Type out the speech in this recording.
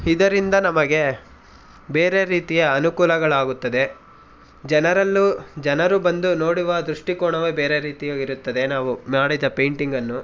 ಇದರಿಂದ ನಮಗೆ ಬೇರೆ ರೀತಿಯ ಅನುಕೂಲಗಳಾಗುತ್ತದೆ ಜನರಲ್ಲೂ ಜನರು ಬಂದು ನೋಡುವ ದೃಷ್ಟಿಕೋನವೇ ಬೇರೆ ರೀತಿಯಾಗಿರುತ್ತದೆ ನಾವು ಮಾಡಿದ ಪೇಂಟಿಂಗನ್ನು